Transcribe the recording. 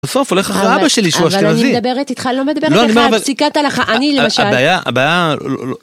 בסוף הולך אחר אבא שלי שהוא אשכנזי. אבל אני מדברת איתך, אני לא מדברת איתך, מסתכלת עליך, אני למשל. הבעיה, הבעיה...